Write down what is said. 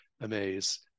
amaze